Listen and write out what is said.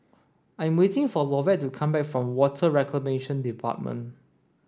I am waiting for Lovett to come back from Water Reclamation Department